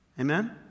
Amen